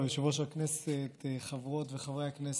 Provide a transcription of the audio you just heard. היושב-ראש, חברות וחברי הכנסת,